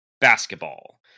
basketball